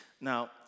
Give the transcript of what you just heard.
Now